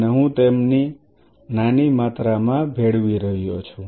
અને હું તેમને નાની માત્રામાં ભેળવી રહ્યો છું